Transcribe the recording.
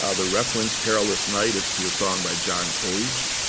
ah the reference perilous night is to a song by john cage.